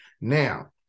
Now